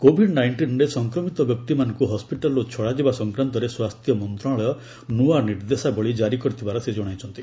Covid ନାଇଣ୍ଟିନ୍ରେ ସଂକ୍ରମିତ ବ୍ୟକ୍ତିମାନଙ୍କୁ ହସ୍କିଟାଲ୍ରୁ ଛଡ଼ାଯିବା ସଂକ୍ରାନ୍ତରେ ସ୍ୱାସ୍ଥ୍ୟ ମନ୍ତ୍ରଣାଳୟ ନୂଆ ନିର୍ଦ୍ଦେଶାବଳୀ ଜାରି କରିଥିବାର ସେ ଜଣାଇଛନ୍ତି